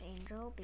Angel